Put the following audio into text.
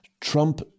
Trump